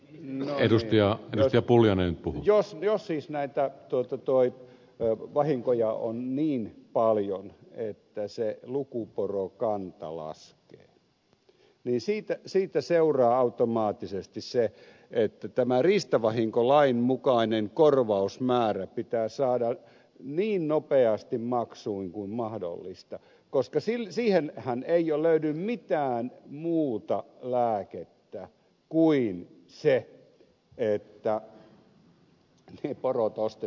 kiinan edustaja ja pulliainen puvut joissa jo syys näyttää tutut oi koivu vahinkoja on niin paljon että se lukuporokanta laskee niin siitä seuraa automaattisesti se että riistavahinkolain mukainen korvausmäärä pitää saada niin nopeasti maksuun kuin mahdollista koska siihenhän ei löydy mitään muuta lääkettä kuin se että porot ostetaan muualta